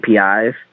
APIs